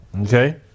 okay